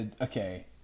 okay